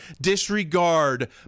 disregard